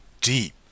deep